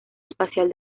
espacial